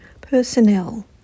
personnel